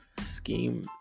scheme